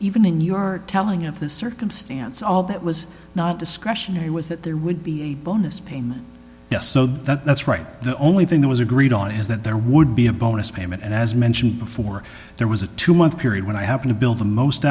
even in your telling of this circumstance all that was not discretionary was that there would be a bonus payment yes so that's right the only thing that was agreed on is that there would be a bonus payment and as mentioned before there was a two month period when i happen to bill the most